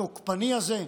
התוקפני הזה?